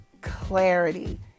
clarity